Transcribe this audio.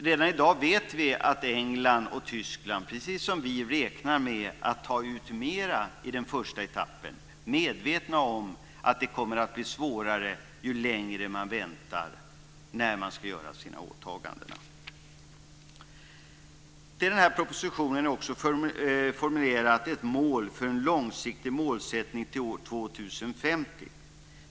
Redan i dag vet vi att England och Tyskland precis som vi räknar med att ta ut mer i den första etappen. De är medvetna om att det kommer att bli svårare ju längre man väntar med att genomföra sina åtaganden. Till propositionen är också formulerat ett mål i form av en långsiktig målsättning till år 2050.